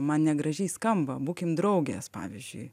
man negražiai skamba būkim draugės pavyzdžiui